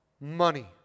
money